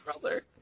Brother